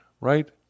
Right